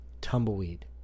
tumbleweed